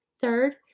Third